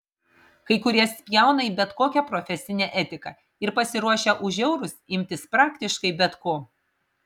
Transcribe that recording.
kai kurie spjauna į bet kokią profesinę etiką ir pasiruošę už eurus imtis praktiškai bet ko